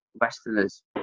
westerners